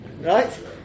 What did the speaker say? Right